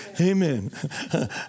Amen